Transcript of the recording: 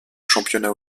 championnat